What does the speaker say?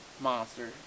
monster